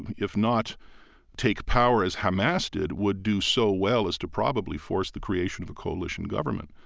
if not take power as hamas did, would do so well as to probably force the creation of a coalition government.